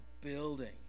building